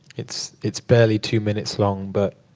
it's it's barely two minutes long, but